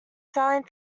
selling